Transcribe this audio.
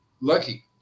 Lucky